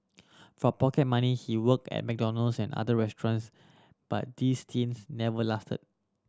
for pocket money he worked at McDonald's and other restaurants but these stints never lasted